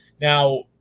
Now